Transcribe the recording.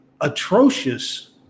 atrocious